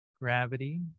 Gravity